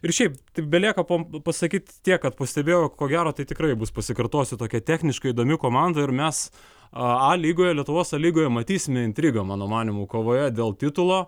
ir šiaip tik belieka pom pasakyti tiek kad pastebėjo ko gero tai tikrai bus pasikartosiu tokia techniška įdomi komanda ir mes a lygoje lietuvos a lygoje matysime intrigą mano manymu kovoje dėl titulo